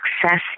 success